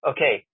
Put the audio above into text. Okay